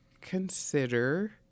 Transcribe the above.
consider